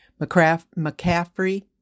McCaffrey